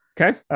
Okay